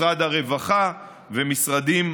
משרד הרווחה ומשרדים